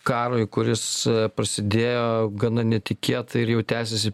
karui kuris prasidėjo gana netikėtai ir jau tęsiasi